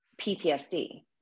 PTSD